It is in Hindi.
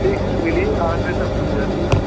ठीक है मिलिए आठ बजे तक खुली रहती है